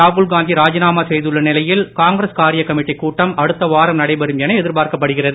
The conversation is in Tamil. ராகுல்காந்தி ராஜினாமா செய்துள்ள நிலையில் காங்கிரஸ் காரிய கமிட்டிக் கூட்டம் அடுத்த வாரம் நடைபெறும் என எதிர்பார்க்கப்படுகிறது